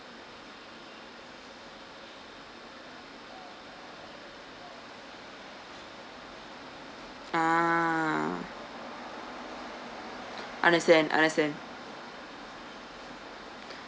uh understand understand